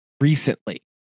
recently